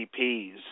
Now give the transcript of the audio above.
VPs